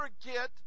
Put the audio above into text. forget